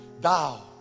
Thou